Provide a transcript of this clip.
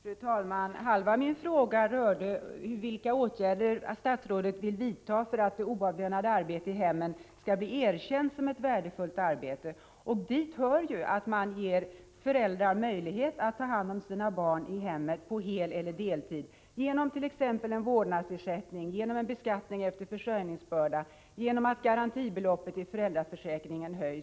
Fru talman! Halva min fråga rörde vilka åtgärder statsrådet vill vidta för att det oavlönade arbetet i hemmen skall bli erkänt som ett värdefullt arbete. Dit hör ju att man ger föräldrar möjlighet att ta hand om sina barn i hemmet på heleller deltid. Detta kan ske t.ex. genom införande av en vårdnadsersättning, genom en beskattning efter försörjningsbörda och genom en höjning av garantibeloppet i föräldraförsäkringen.